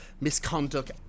misconduct